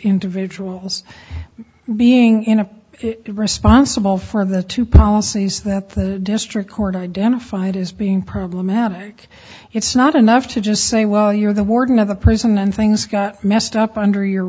individuals being in a responsible for the two policies that the district court identified as being problematic it's not enough to just say well you're the warden of the prison and things got messed up under your